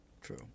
True